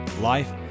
life